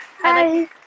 Hi